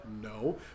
no